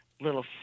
little